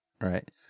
right